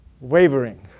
wavering